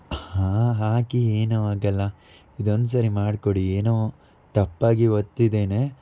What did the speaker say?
ಹಾಂ ಹಾಕಿ ಏನೂ ಆಗೋಲ್ಲ ಇದು ಒಂದು ಸಾರಿ ಮಾಡಿಕೊಡಿ ಏನೋ ತಪ್ಪಾಗಿ ಒತ್ತಿದ್ದೇನೆ